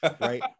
right